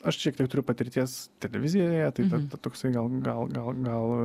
aš šiek tiek turiu patirties televizijoje tai ta to toks gal gal gal gal